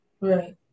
Right